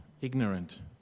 ignorant